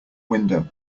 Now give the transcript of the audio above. window